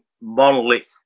monolith